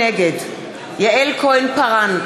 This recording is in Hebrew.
נגד יעל כהן-פארן,